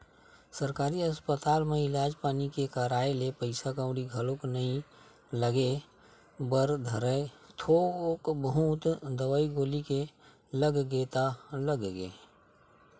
सरकारी अस्पताल म इलाज पानी के कराए ले पइसा कउड़ी घलोक नइ लगे बर धरय थोक बहुत दवई गोली के लग गे ता लग गे